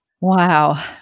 Wow